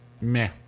Meh